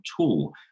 tool